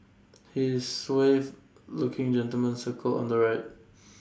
he is suave looking gentleman circled on the right